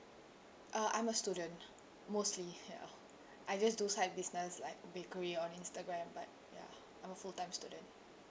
uh I'm a student mostly ya I just do side business like bakery on instagram but ya I'm a full time student